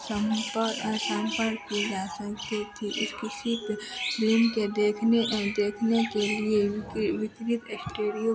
सम्पर सम्पर्क की जा सकती थी किसी पर फिलिम के देखने देखने के लिए उनके विपरित स्टेरियो